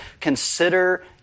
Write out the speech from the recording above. Consider